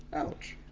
ouch.